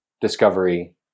Discovery